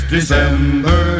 December